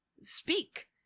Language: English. speak